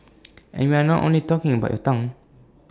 and we are not only talking about your tongue